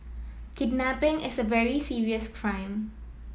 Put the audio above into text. kidnapping is a very serious crime